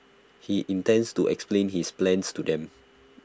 he intends to explain his plans to them